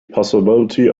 possibility